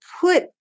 put